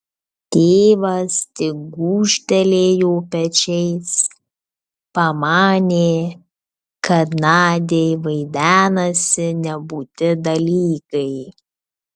tėvas tik gūžtelėjo pečiais pamanė kad nadiai vaidenasi nebūti dalykai